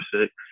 six